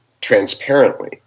transparently